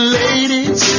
ladies